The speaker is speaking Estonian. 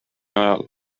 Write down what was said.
ajal